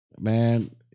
Man